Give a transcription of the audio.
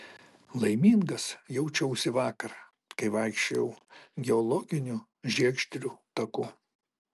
laimingas jaučiausi vakar kai vaikščiojau geologiniu žiegždrių taku